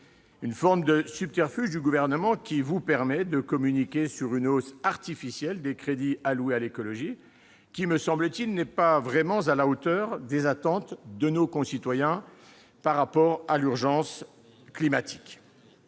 Cette sorte de subterfuge du Gouvernement, qui vous permet de communiquer sur une hausse artificielle des crédits alloués à l'écologie, n'est, me semble-t-il, pas à la hauteur des attentes de nos concitoyens s'agissant de l'urgence climatique.